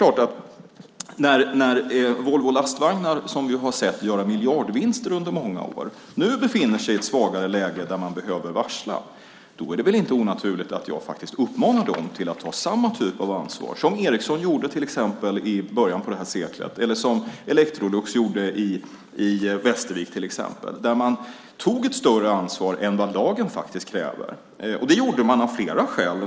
När Volvo Lastvagnar, som vi har sett göra miljardvinster under många år, nu befinner sig i ett svagare läge där man behöver varsla är det väl inte onaturligt att jag uppmanar dem att ta samma typ av ansvar som till exempel Ericsson gjorde i början av det här seklet eller som Electrolux gjorde i Västervik? De tog ett större ansvar än vad lagen kräver. Det gjorde man av flera skäl.